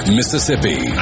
Mississippi